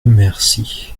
merci